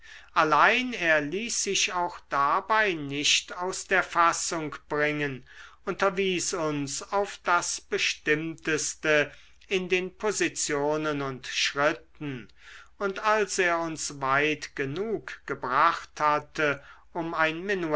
er ließ sich auch dabei nicht aus der fassung bringen unterwies uns auf das bestimmteste in den positionen und schritten und als er uns weit genug gebracht hatte um eine